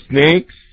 snakes